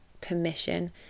permission